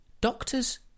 doctors